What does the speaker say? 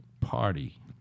party